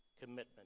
commitment